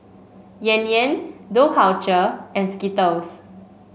Yan Yan Dough Culture and Skittles